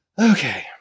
Okay